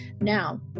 Now